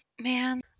Man